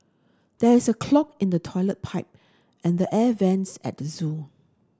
there is a clog in the toilet pipe and the air vents at the zoo